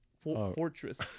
fortress